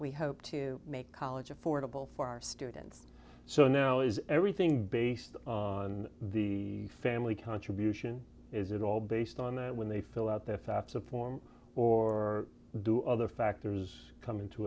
we hope to make college affordable for our students so now is everything based on the family contribution is it all based on when they fill out the fafsa form or do other factors come into